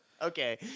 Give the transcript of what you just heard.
Okay